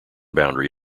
boundary